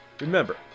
Remember